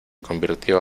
convirtió